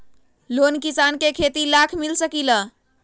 Loan किसान के खेती लाख मिल सकील?